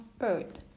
earth